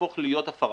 תהפוך להיות הפרה,